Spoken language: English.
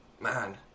Man